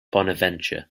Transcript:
bonaventure